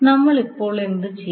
നമ്മൾ ഇപ്പോൾ എന്തു ചെയ്യും